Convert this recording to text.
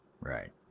Right